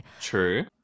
True